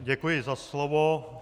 Děkuji za slovo.